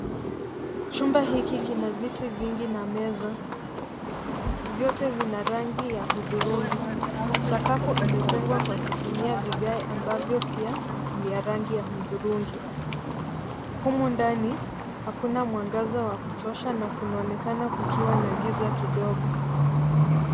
Chumba hiki kina viti vingi na meza. Vyote vina rangi ya hudhurungi. Sakafu imejengwa kwa kutumia vigae ambavyo pia ni ya rangi ya hudhurungi. Humu ndani hakuna mwangaza wa kutosha na kunaonekana kukiwa na giza kidogo.